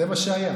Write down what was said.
זה מה שהיה.